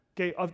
Okay